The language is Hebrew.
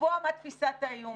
לקבוע מה תפיסת האיום,